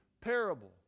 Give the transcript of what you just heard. parable